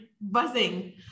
buzzing